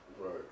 Right